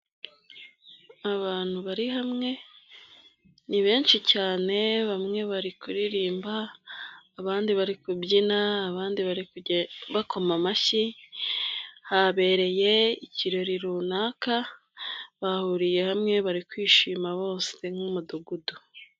Abantu bari hamwe, ni benshi cyane, bamwe bari kuririmba, abandi bari kubyina, abandi bari kugenda bakoma amashyi, habereye ikirori runaka, bahuriye hamwe, bari kwishima bose nk'umudugudu.